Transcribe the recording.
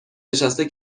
نشسته